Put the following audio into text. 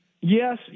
Yes